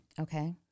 okay